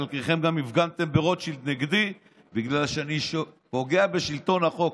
חלקכם גם הפגנתם ברוטשילד נגדי בגלל שאני פוגע בשלטון החוק.